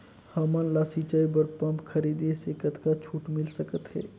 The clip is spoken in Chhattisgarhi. हमन ला सिंचाई बर पंप खरीदे से कतका छूट मिल सकत हे?